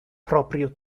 proprio